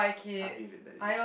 I give it that to you